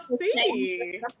see